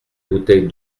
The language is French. bouteille